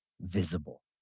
visible